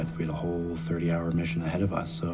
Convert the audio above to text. and we had a whole thirty hour mission ahead of us,